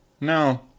No